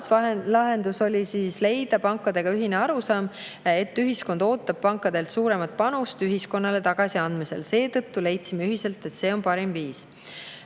lahendus oli jõuda pankadega ühisele arusaamale, et ühiskond ootab pankadelt suuremat panust ühiskonnale tagasi andmisel. Me leidsime ühiselt, et see on parim viis.